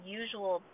usual